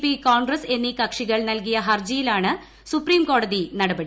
P Congress എന്നീ കക്ഷികൾ നൽകിയ ഹർജിയിലാണ് സുപ്രീംകോടതി നടപടി